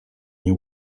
nie